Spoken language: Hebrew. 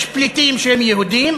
יש פליטים שהם יהודים,